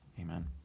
Amen